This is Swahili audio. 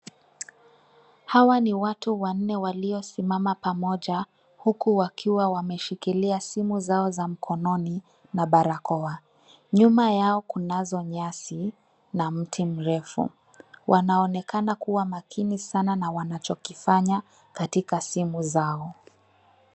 Hawa ni watu wanne waliosimama pamoja, huku wakiwa wameshikilia simu zao za mkononi na barakoa. Nyuma yao kunazo nyasi, na mti mrefu. Wanaonekana kuwa makini sana na wanachokifanya katika simu zao.